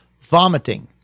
Vomiting